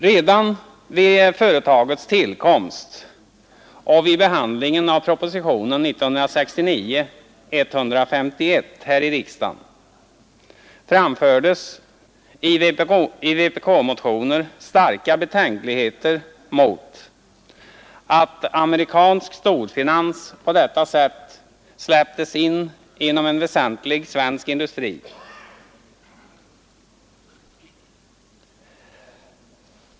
Redan vid företagets tillkomst och vid behandlingen av propositionen nr 151 år 1969 här i riksdagen framfördes i vpk-motioner starka betänkligheter mot att amerikansk storfinans på detta sätt släpptes in inom en väsentlig svensk industrigren.